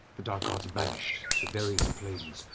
the dark gods banished to various planes,